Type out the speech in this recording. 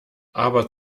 aber